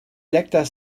lecter